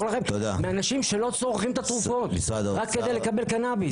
לכם מאנשים שלא צורכים את התרופות רק כדי לקבל קנביס.